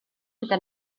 gyda